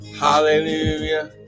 Hallelujah